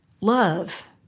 Love